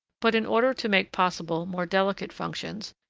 but in order to make possible more delicate functions,